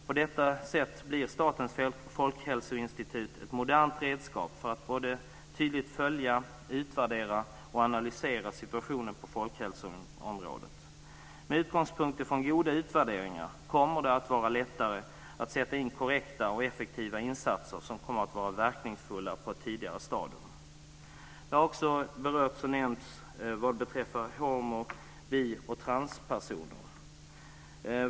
På detta sätt blir Statens folkhälsoinstitut ett modernt redskap för att både tydligt följa, utvärdera och analysera situationen på folkhälsoområdet. Med utgångspunkt från goda utvärderingar kommer det att vara lättare att sätta in korrekta och effektiva insatser som kommer att vara verkningsfulla på ett tidigare stadium. Frågan om homo och bisexuella samt transpersoner har också berörts och nämnts här.